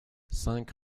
cinq